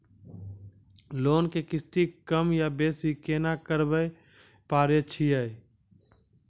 Loan के किस्ती कम या बेसी केना करबै पारे छियै?